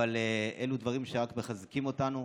אבל אלה דברים שרק מחזקים אותנו.